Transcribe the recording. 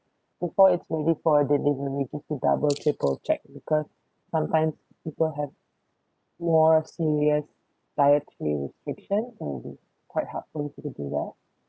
before it's ready for the delivery need to double triple check because sometimes people have more serious dietary restrictions so it'll be quite helpful to do that